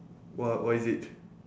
what what is it